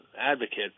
advocate